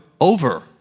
over